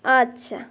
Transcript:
আচ্ছা